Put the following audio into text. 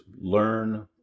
learn